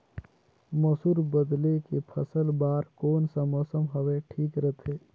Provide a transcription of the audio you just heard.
मसुर बदले के फसल बार कोन सा मौसम हवे ठीक रथे?